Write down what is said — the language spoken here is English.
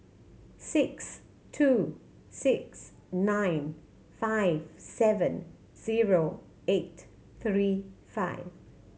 six two six nine five seven zero eight three five